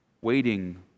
waiting